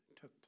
took